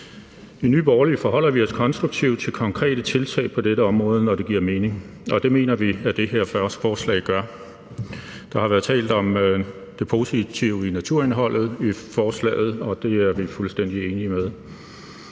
I Nye Borgerlige forholder vi os konstruktivt til konkrete tiltag på dette område, når det giver mening, og det mener vi at det her forslag gør. Der har været talt om det positive i naturindholdet i forslaget, og det er vi fuldstændig enige i.